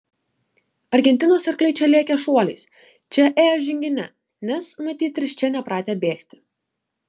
argentinos arkliai čia lėkė šuoliais čia ėjo žingine nes matyt risčia nepratę bėgti